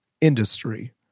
industry